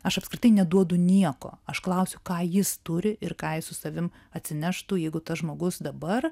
aš apskritai neduodu nieko aš klausiu ką jis turi ir ką jis su savim atsineštų jeigu tas žmogus dabar